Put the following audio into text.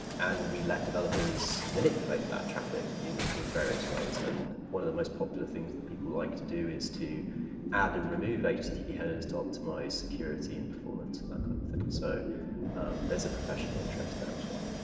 and we let developers manipulate that traffic in in various ways. and one of the most popular things that people like to do is to add and remove http headers to optimize security and performance and that kind of thing. so there's a professional interest there, as well.